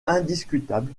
indiscutable